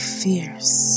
fierce